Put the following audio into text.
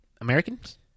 Americans